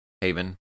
haven